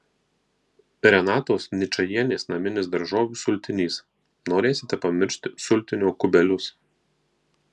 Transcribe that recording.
renatos ničajienės naminis daržovių sultinys norėsite pamiršti sultinio kubelius